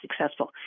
successful